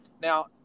now